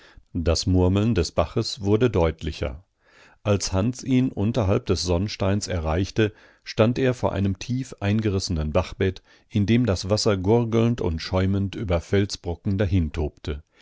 das murmeln des baches wurde deutlicher als hans ihn unterhalb des sonnsteins erreichte stand er vor einem tief eingerissenen bachbett in dem das wasser gurgelnd und schäumend über felsbrocken